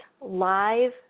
live